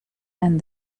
and